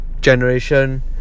generation